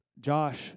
Josh